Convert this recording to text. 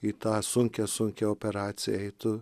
į tą sunkią sunkią operaciją eitų